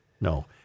No